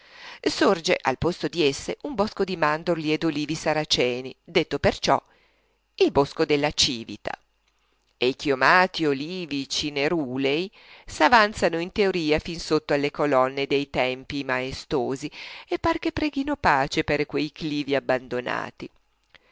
traccia sorge al posto di esse un bosco di mandorli e d'olivi saraceni detto perciò il bosco della cìvita e i chiomati olivi cinerulei s'avanzano in teoria fin sotto alle colonne dei tempii maestosi e par che preghino pace per quei clivi abbandonati